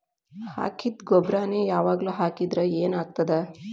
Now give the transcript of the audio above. ಹಾಕಿದ್ದ ಗೊಬ್ಬರಾನೆ ಯಾವಾಗ್ಲೂ ಹಾಕಿದ್ರ ಏನ್ ಆಗ್ತದ?